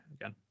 again